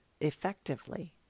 effectively